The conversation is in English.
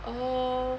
oh